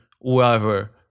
whoever